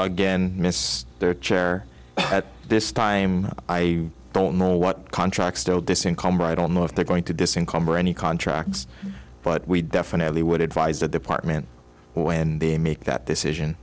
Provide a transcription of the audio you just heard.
again missed their chair at this time i don't know what contract stowed this income i don't know if they're going to descend come or any contracts but we definitely would advise the department when they make that decision